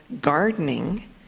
gardening